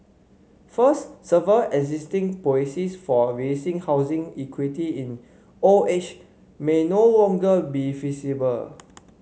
first several existing policies for releasing housing equity in old age may no longer be feasible